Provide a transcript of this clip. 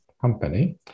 Company